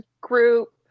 group